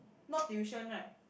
not tuition right